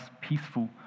peaceful